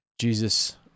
Jesus